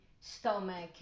stomach